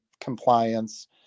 compliance